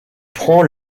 prend